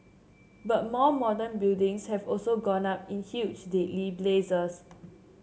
but more modern buildings have also gone up in huge deadly blazes